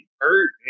hurt